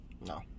No